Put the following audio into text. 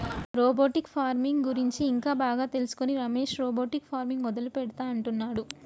robotic farming గురించి ఇంకా బాగా తెలుసుకొని రమేష్ రోబోటిక్ ఫార్మింగ్ మొదలు పెడుతా అంటున్నాడు